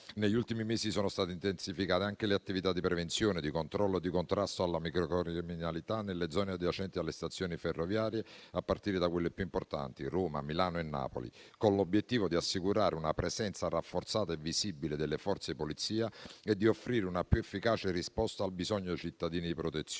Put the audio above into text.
negli ultimi mesi sono state intensificate le attività di prevenzione, controllo e contrasto alla microcriminalità nelle zone adiacenti alle stazioni ferroviarie, a partire da Roma, Milano e Napoli, con l'obiettivo di assicurare una presenza rafforzata e visibile delle forze di polizia e offrire una più efficace risposta al bisogno dei cittadini di protezione;